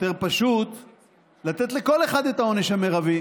יותר פשוט לתת לכל אחד את העונש המרבי,